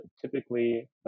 typically